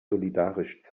solidarisch